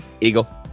Eagle